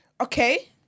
Okay